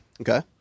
Okay